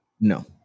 no